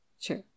Sure